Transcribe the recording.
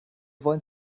wollen